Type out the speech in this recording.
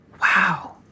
Wow